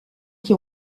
qui